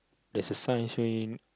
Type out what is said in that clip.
there's a sign saying